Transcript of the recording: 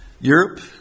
Europe